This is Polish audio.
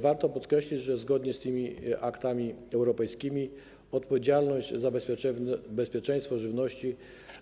Warto podkreślić, że zgodnie z tymi aktami europejskimi odpowiedzialność za bezpieczeństwo żywności